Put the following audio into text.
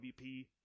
MVP